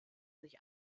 sich